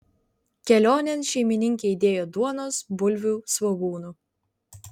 kelionėn šeimininkė įdėjo duonos bulvių svogūnų